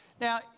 Now